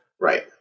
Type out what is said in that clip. Right